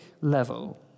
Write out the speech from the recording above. level